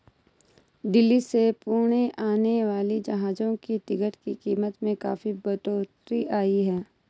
दिल्ली से पुणे आने वाली जहाजों की टिकट की कीमत में काफी बढ़ोतरी आई है